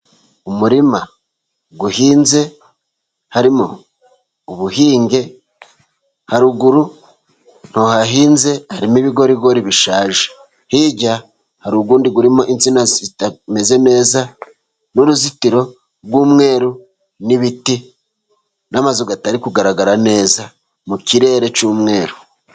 Umurima uhinze harimo ubuhinge, haruguru nto hahinze harimo ibigorigori bishaje, hirya hari undi urimo insina zitameze neza, n'uruzitiro rw'umweru, n'ibiti n'amazu atari kugaragara neza, mu kirere cy'umweru.